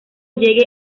llegue